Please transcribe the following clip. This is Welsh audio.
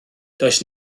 does